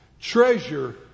Treasure